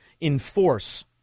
enforce